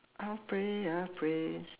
I'll pray I'll pray